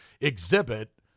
Exhibit